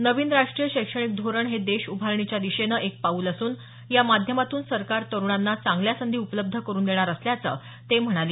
नवीन राष्ट्रीय शैक्षणिक धोरण हे देश उभारणीच्या दिशेनं एक पाऊल असून या माध्यमातून सरकार तरुणांना चांगल्या संधी उपलब्ध करुन देणार असल्याचं ते म्हणाले